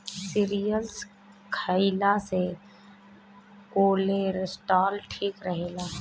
cereals खइला से cholesterol ठीक रहेला